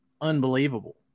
unbelievable